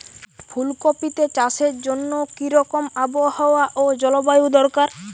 ফুল কপিতে চাষের জন্য কি রকম আবহাওয়া ও জলবায়ু দরকার?